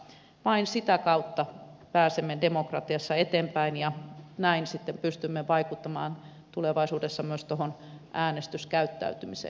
vain sitä kautta pääsemme demokratiassa eteenpäin ja näin sitten pystymme vaikuttamaan tulevaisuudessa myös äänestyskäyttäytymiseen